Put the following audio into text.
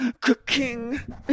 cooking